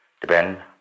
depend